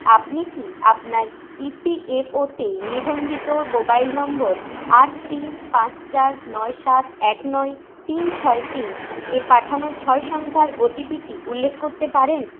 আপনি কি আপনার ই পি এফ ওতে নিবন্ধিত মোবাইল নম্বর আট তিন পাঁচ চার নয় সাত এক নয় তিন ছয় তিন এ পাঠানো ছয় সংখ্যার ও টি পিটি উল্লেখ করতে পারেন